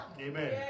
Amen